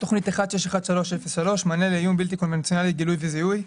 תוכנית 1613-03 מענה לאיום בלתי קונבנציונלי גילוי וזיהוי: